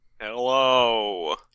Hello